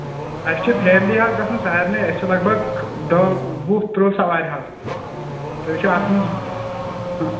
اسہِ چھُ فیملی حظ گژُھن سارِنٕے أسۍ چھِ لگ بگ دَہ وُہ ترٕٛہ سوارِ حظ تُہۍ وُچھو اتھ منٛز ہٕنٛہ